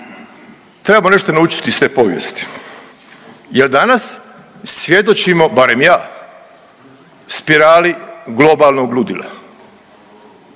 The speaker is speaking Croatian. trebamo nešto i naučiti iz te povijesti jer danas svjedočimo barem ja spirali globalnog ludila.